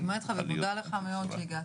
אני מסכימה איתך ומודה לך מאוד שהגעת.